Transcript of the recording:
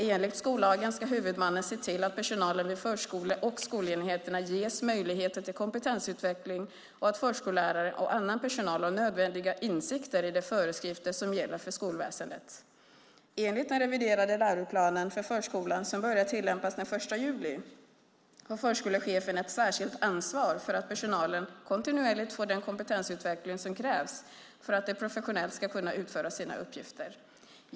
Enligt skollagen ska huvudmannen se till att personalen vid förskole och skolenheterna ges möjligheter till kompetensutveckling och att förskollärare och annan personal har nödvändiga insikter i de föreskrifter som gäller för skolväsendet. Enligt den reviderade läroplanen för förskolan som börjar tillämpas den 1 juli har förskolechefen ett särskilt ansvar för att personalen kontinuerligt får den kompetensutveckling som krävs för att de professionellt ska kunna utföra sina uppgifter.